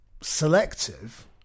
selective